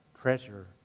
Treasure